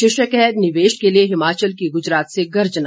शीर्षक है निवेश के लिए हिमाचल की गुजरात से गर्जना